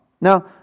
Now